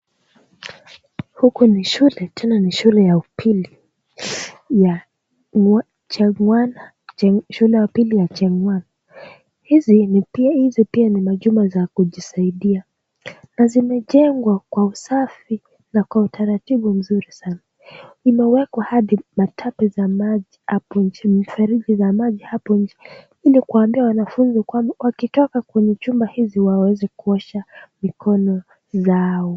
Huku ni shule tena ni shule ya upili ya Cheng'wan. Hizi pia ni machumba za kujisaidia na zimejengwa kwa usafi ya utaratibu nzuri sana .Zimewekwa hadi matapu za maji hapo nje .Mifereji za maji hapo nje ili kuwaambia wanafunzi kwamba wakitoka kwenye chumba hizi waweze kuosha mikono zao.